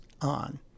on